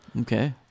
Okay